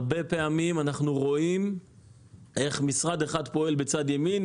הרבה פעמים אנחנו רואים איך משרד אחד פועל בצד ימין,